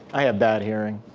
i have bad hearing.